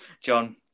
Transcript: John